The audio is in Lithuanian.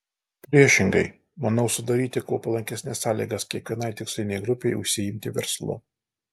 priešingai manau sudaryti kuo palankesnes sąlygas kiekvienai tikslinei grupei užsiimti verslu